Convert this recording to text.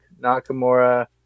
Nakamura